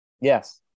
Yes